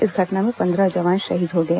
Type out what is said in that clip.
इस घटना में पन्द्रह जवान शहीद हो गए